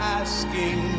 asking